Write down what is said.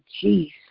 Jesus